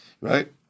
right